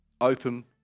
open